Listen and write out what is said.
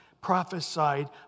prophesied